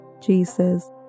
Jesus